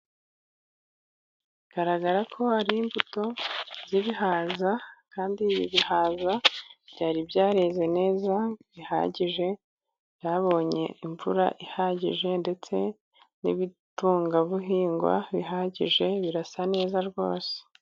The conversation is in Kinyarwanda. Bigaragara ko hari imbuto z'ibihaza, kandi ibi bihaza byari byareze neza bihagije, byabonye imvura ihagije ndetse n'ibitungabihingwa bihagije, birasa neza rwose.